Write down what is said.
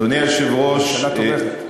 אדוני היושב-ראש, הממשלה תומכת.